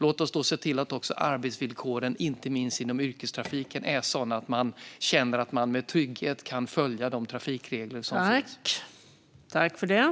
Låt oss se till att arbetsvillkoren, inte minst inom yrkestrafiken, är sådana att man känner att man med trygghet kan följa de trafikregler som finns.